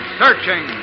searching